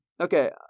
Okay